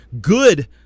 good